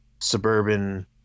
suburban